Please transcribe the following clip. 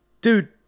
dude